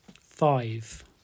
Five